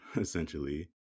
essentially